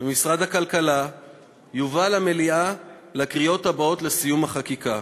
ומשרד הכלכלה הוא יובא למליאה לקריאות הבאות ולסיום החקיקה.